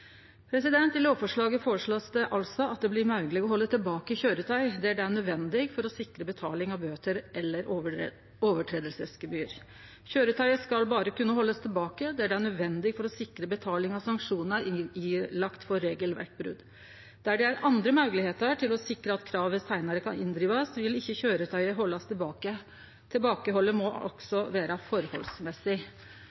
I lovforslaget blir det altså føreslått at det blir mogleg å halde tilbake køyretøy der det er nødvendig for å sikre betaling av bøter eller overtredelsesgebyr. Køyretøyet skal berre kunne haldast tilbake der det er nødvendig for å sikre betaling av sanksjonar ilagde for regelverksbrot. Der det er andre moglegheiter til å sikre at kravet seinare kan inndrivast, vil ikkje køyretøyet bli halde tilbake. Tilbakehaldet må